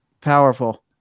powerful